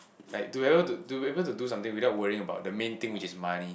like to be able to to be able to do something without worrying about the main thing which is money